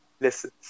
listen